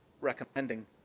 recommending